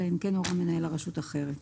אלא אם כן הורה מנהל הרשות אחרת.